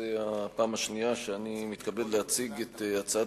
למעשה הפעם השנייה שאני מתכבד להציג את הצעת